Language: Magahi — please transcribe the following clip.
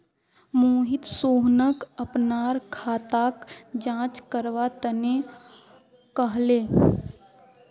मोहित सोहनक अपनार खाताक जांच करवा तने कहले